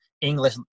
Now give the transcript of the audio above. English